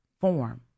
form